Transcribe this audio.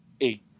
eight